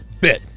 bit